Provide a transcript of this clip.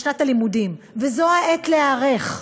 לשנת הלימודים, וזו העת להיערך,